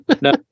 No